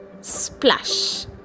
Splash